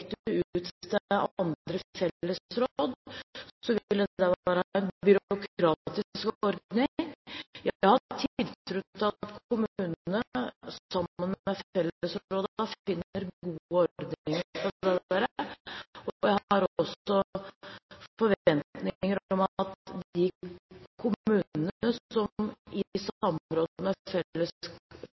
byråkratisk ordning. Jeg har tiltro til at kommunene, sammen med fellesrådene, finner gode ordninger for dette. Jeg har også forventninger om at man i de kommunene